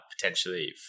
potentially